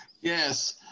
Yes